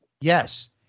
Yes